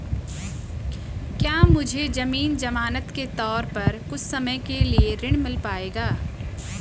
क्या मुझे ज़मीन ज़मानत के तौर पर कुछ समय के लिए ऋण मिल पाएगा?